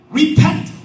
repent